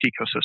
ecosystem